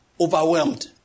overwhelmed